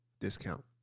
discount